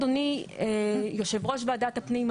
אדוני יושב ראש ועדת הפנים,